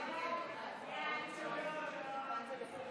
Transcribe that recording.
ההצעה להעביר את הצעת חוק ההוצאה לפועל